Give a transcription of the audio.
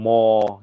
More